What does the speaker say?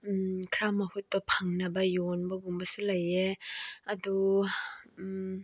ꯈꯔ ꯃꯍꯨꯠꯇꯣ ꯐꯪꯅꯕ ꯌꯣꯟꯕꯒꯨꯝꯕꯁꯨ ꯂꯩꯌꯦ ꯑꯗꯨ